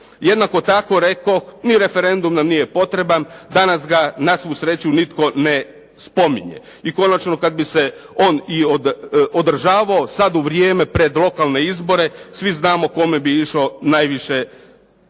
Jednako tako rekoh ni referendum nam nije potreban, danas ga na svu sreću nitko ni ne spominje. I konačno, kada bi se on i održavao sada u vrijeme pred lokalne izbor, svi znamo kome bi išao najviše u korist.